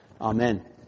amen